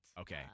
Okay